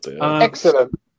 Excellent